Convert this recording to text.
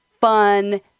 fun